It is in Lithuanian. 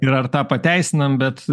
ir ar tą pateisinam bet